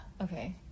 Okay